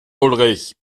ulrich